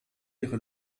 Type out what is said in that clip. ihre